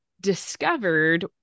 discovered